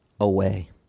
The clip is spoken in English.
away